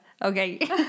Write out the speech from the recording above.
Okay